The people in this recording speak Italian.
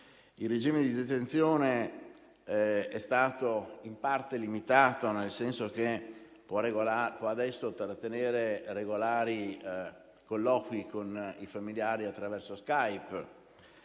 Il regime di detenzione è stato in parte limitato, nel senso che può adesso trattenere regolari colloqui con i familiari attraverso Skype.